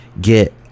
get